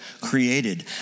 created